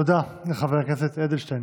תודה לחבר הכנסת אדלשטיין.